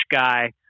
guy